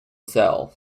cell